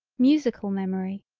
musical memory.